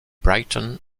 brighton